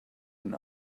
can